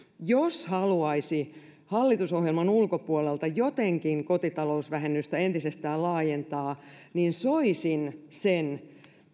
jos haluaisi hallitusohjelman ulkopuolelta jotenkin kotitalousvähennystä entisestään laajentaa niin soisin sen